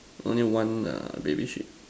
only one err baby sheep